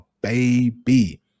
baby